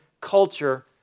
culture